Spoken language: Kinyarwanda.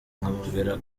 nkamubwira